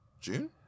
June